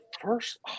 first